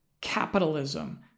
capitalism